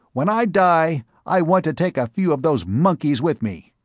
when i die i want to take a few of those monkeys with me!